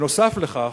נוסף על כך,